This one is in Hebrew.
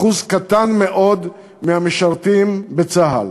אחוז קטן מאוד מהמשרתים בצה"ל.